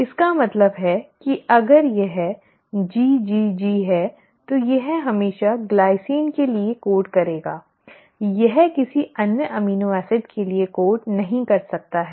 इसका मतलब है कि अगर यह GGG है तो यह हमेशा ग्लाइसिन के लिए कोड करेगा यह किसी अन्य एमिनो एसिड के लिए कोड नहीं कर सकता है